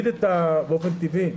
באופן טבעי,